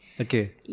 Okay